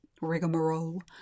rigmarole